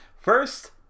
First